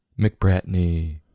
McBratney